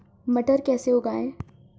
मटर कैसे उगाएं?